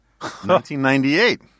1998